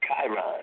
Chiron